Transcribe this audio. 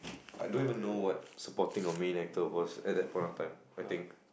I don't even know what supporting or main actor was at that point of time I think